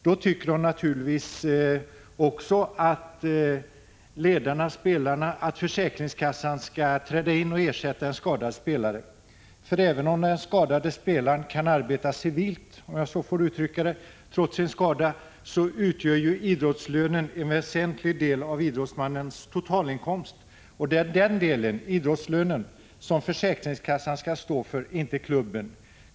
Då tycker de naturligtvis också att försäkringskassan skall träda in och ersätta skadad spelare. För även om den skadade spelaren kan arbeta civilt — om jag så får uttrycka det — trots sin skada, utgör ju idrottslönen en väsentlig del av hans totala inkomst, och den delen, idrottslönen, skall försäkringskassan stå för och inte klubben.